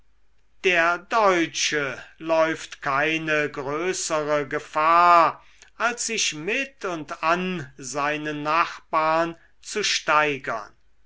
der deutsche läuft keine größere gefahr als sich mit und an seinen nachbarn zu steigern